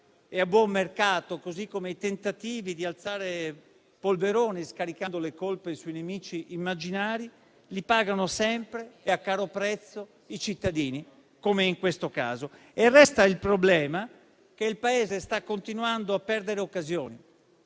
e a buon mercato, così come i tentativi di alzare polveroni scaricando le colpe su nemici immaginari, li pagano sempre e a caro prezzo i cittadini, come in questo caso. E resta il problema che il Paese sta continuando a perdere occasioni